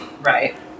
right